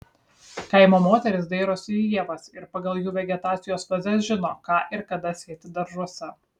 kaimo moterys dairosi į ievas ir pagal jų vegetacijos fazes žino ką ir kada sėti daržuose